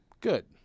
good